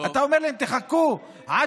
אתה אומר להם: חכו עד